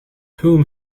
whom